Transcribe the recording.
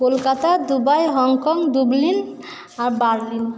Kolkata Dubai Hong Kong Dublin আর Berlin